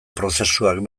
prozesuak